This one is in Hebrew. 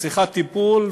וצריכה טיפול,